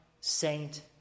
saint